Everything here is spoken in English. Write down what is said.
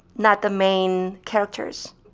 not the main characters.